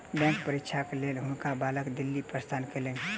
bank परीक्षाक लेल हुनका बालक दिल्ली प्रस्थान कयलैन